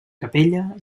capella